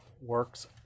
works